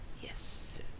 yes